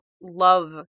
love